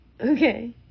Okay